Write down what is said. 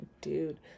Dude